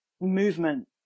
movement